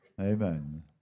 Amen